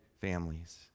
families